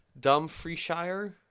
Dumfrieshire